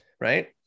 right